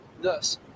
thus